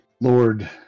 Lord